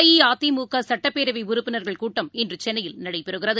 அஇஅதிமுகசட்டப்பேரவைஉறுப்பினர்கள் கூட்டம் இன்றுசென்னையில் நடைபெறுகிறது